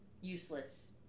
useless